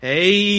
Hey